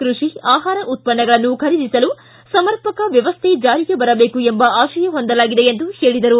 ಕೃಷಿ ಆಹಾರ ಉತ್ತನ್ನಗಳನ್ನು ಖರೀದಿಸಲು ಸಮರ್ಪಕ ವ್ಯವಸ್ಥೆ ಜಾರಿಗೆ ಬರಬೇಕು ಎಂಬ ಆಶಯ ಹೊಂದಲಾಗಿದೆ ಎಂದರು